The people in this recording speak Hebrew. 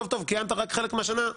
כיהנת רק חלק מהשנה,